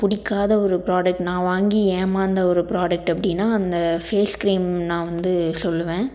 பிடிக்காத ஒரு ப்ராடெக்ட் நான் வாங்கி ஏமாந்த ஒரு ப்ராடெக்ட் அப்படின்னா அந்த ஃபேஸ் கிரீம் நான் வந்து சொல்லுவேன்